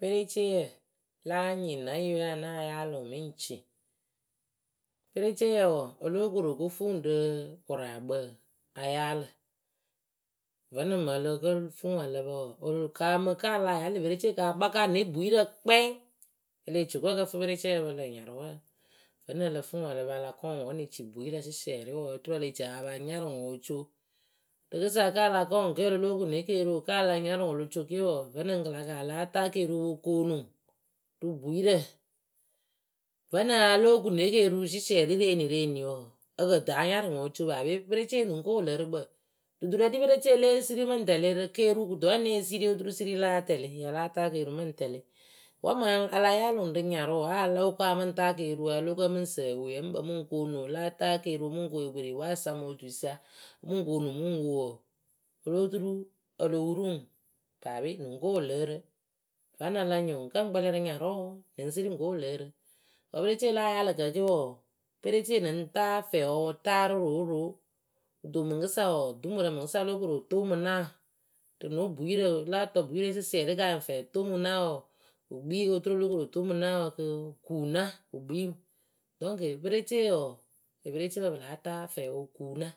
Pereceeyǝ láa nyɩŋ ne yɨwe nya na yaalɨ ŋwɨ mɨŋ ci. pereceeyǝ wɔɔ olokoroko fuu ŋwɨ rɨ wɨraakpǝ a yaalɨ. Vǝnɨŋ mɨŋ ǝlǝ kǝ fɨ ŋwɨ ǝlǝ wɔɔ wɨ kaamɨ kala yaalɨ perecee ka kpaka ne bwiirǝ kpɛŋ olo co ko ǝkǝfɨ perecee ǝpǝ lǝ̈ nyarʊ. Vǝnɨŋ ǝ lǝ fɨ ŋwɨ ǝlǝ pǝ ala kɔŋ ŋwɨ wǝ ne ci bwiirǝ sɩsɩrɩ wɔɔ oturu eleci papanyarʊ ŋwɨ oco. Rɨkɨsa kala kɔŋ ŋwɨ kǝ lo kuŋ ne keriwǝ kǝ alanyarɨ ŋwɨ oloco ke wɔɔ, vǝnɨŋ kɨla kaalɨ atakeriwǝ opo koonuŋ rɨ bwiirǝ vǝnɨŋ alo konnu ne keriwǝ sɩsɩɛrɩ rɨ enireni wɔɔ ǝkǝtɨ anyarʊ ŋwɨ oco paape perecee nɨŋ ko wɨlɨrɨkpǝ dudurǝ ɖi perecee lée siri mɨŋ tɛlɩ rɨ keriwǝ kɨto wǝ ne siri oturu siri la tɛlɩ ya la taa keriwu mɨŋ tɛlɩ wǝ mɨŋ ala yaalɨ ŋwɨ rɨ nyarɨwǝ waloko amɨŋ taa keriwǝ alo ko mɨŋ sǝ ewee mɨŋ bɨ mɨŋ koonu ala taa keriwʊ mɨŋ konnu ŋwɨ ekperiwaayɨsa motuisa mɨŋ koonu mɨŋ wo wɔɔ oloturu olo wuru ŋwɨ paape nɨŋ ko wɨlɨrɨ vǝnɨŋ ala nyɩŋ ŋwɨ kǝ ŋ kpɛlɩ rɨ nayrʊ nɨŋ siri ŋ ko wɨlɨrɨ. wǝ perecee la ayaalɨ ke wɔɔ perecee nɨŋ taa fɛɛwǝ wɨ taarɨ rooroo kɨto mɨŋkɨsa wɔɔ dumurǝ mɨŋkɨsa olokoro tomɨ naa rɨ no bwiirǝ. a láa tɔ bwiirǝ sɩsɩɛrɩ kanyɩŋ fɛɛtomɨ naa wɨ kpii oturu o lóo korotomɨ naa kɨ wɨ kuna wɨ kpii ŋwɨ. Dɔŋkǝ perecee wɔɔ epereepǝ pɨ láa taa fɛɛwǝ wɨ kuna